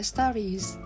Stories